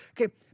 Okay